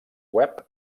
web